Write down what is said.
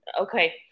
okay